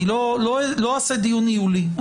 אני לא אעשה דיון היולי.